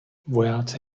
vojáci